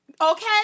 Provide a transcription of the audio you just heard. Okay